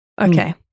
Okay